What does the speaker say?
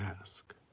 ask